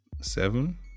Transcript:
seven